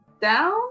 down